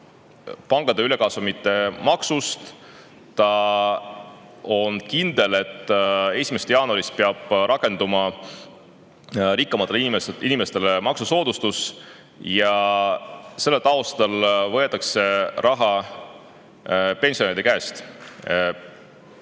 pankade ülikasumite maksustamisest, ta on kindel, et 1. jaanuarist peab rakenduma rikkamatele inimestele maksusoodustus, ja selle taustal võetakse raha pensionäride käest.